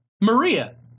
Maria